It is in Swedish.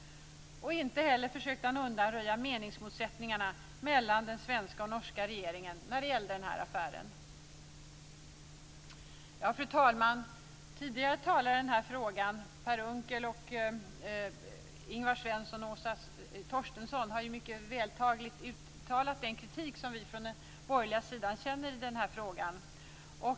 Inte heller försökte han undanröja meningsmotsättningarna mellan den svenska och den norska regeringen när det gällde den här affären. Fru talman! Tidigare talare i den här frågan - Per Unckel, Ingvar Svensson och Åsa Torstensson - har mycket vältaligt framfört den kritik som vi från den borgerliga sidan har i den här frågan.